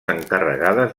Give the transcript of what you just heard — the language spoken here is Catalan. encarregades